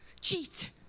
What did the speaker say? Cheat